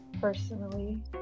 personally